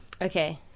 Okay